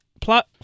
Plot